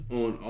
on